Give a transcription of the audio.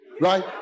right